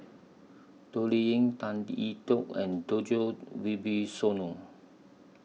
Toh Liying Tan Lee Tee Yoke and Djoko Wibisono